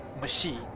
machine